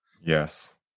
Yes